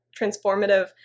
transformative